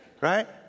right